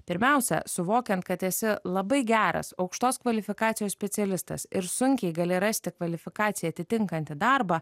pirmiausia suvokiant kad esi labai geras aukštos kvalifikacijos specialistas ir sunkiai gali rasti kvalifikaciją atitinkantį darbą